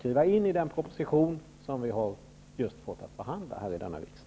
Det framgår av den proposition som vi just har fått att behandla här i riksdagen.